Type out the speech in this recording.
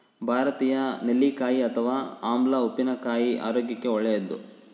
ಭಾರತೀಯ ನೆಲ್ಲಿಕಾಯಿ ಅಥವಾ ಆಮ್ಲ ಉಪ್ಪಿನಕಾಯಿ ಆರೋಗ್ಯಕ್ಕೆ ಒಳ್ಳೇದು